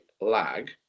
lag